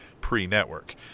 pre-network